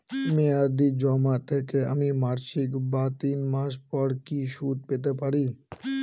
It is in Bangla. মেয়াদী জমা থেকে আমি মাসিক বা তিন মাস পর কি সুদ পেতে পারি?